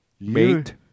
mate